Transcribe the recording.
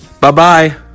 Bye-bye